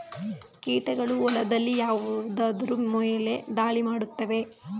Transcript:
ಕೀಟಗಳು ಹೊಲದಲ್ಲಿ ಯಾವುದರ ಮೇಲೆ ಧಾಳಿ ಮಾಡುತ್ತವೆ?